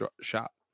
shop